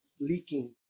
leaking